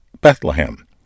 Bethlehem